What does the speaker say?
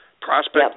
prospect